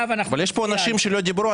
יש פה אנשים שהגיעו.